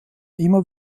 immer